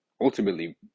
ultimately